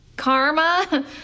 Karma